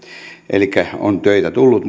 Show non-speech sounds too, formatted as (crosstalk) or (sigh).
elikkä työpaikkoja on tullut (unintelligible)